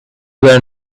were